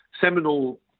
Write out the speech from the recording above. seminal